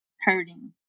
hurting